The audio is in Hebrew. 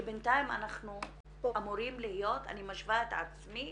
בינתיים אנחנו אמורים להיות אני משווה את עצמי